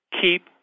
keep